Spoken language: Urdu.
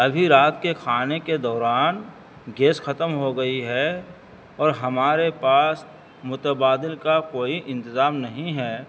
ابھی رات کے کھانے کے دوران گیس ختم ہو گئی ہے اور ہمارے پاس متبادل کا کوئی انتظام نہیں ہے